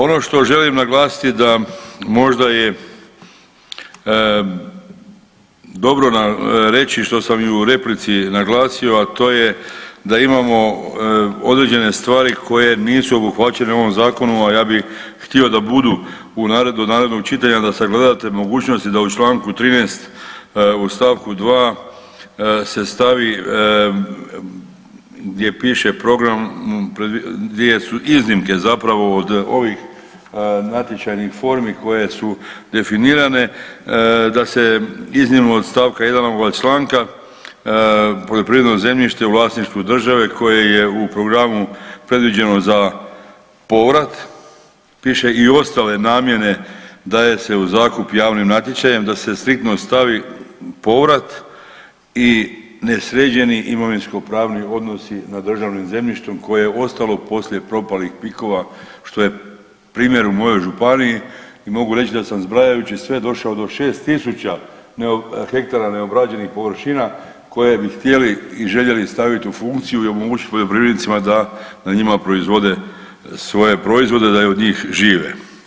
Ono što želim naglasiti da možda je dobro reći što sam i u replici naglasio, a to je da imamo određene stvari koje nisu obuhvaćene u ovom zakonu, a ja bi htio da budu, do narednog čitanja da sagledate mogućnosti i da u čl. 13. u st. 2. se stavi gdje piše program, dvije su iznimke zapravo od ovih natječajnih formi koje su definirane da se iznimno od st. 1. ovoga članka poljoprivredno zemljište u vlasništvu države koje je u programu predviđeno za povrat piše i ostale namjene daje se u zakup javnim natječajem da se striktno stavi povrat i nesređeni imovinskopravni odnosi na državnom zemljištem koje je ostalo poslije propalih pikova što je primjer u mojoj županiji i mogu reć da sam zbrajajući sve došao do 6000 hektara neobrađenih površina koje bi htjeli i željeli stavit u funkciju i omogućit poljoprivrednicima da na njima proizvode svoje proizvode i da od njih žive.